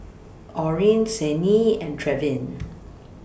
Orin Signe and Trevin